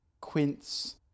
Quince